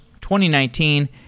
2019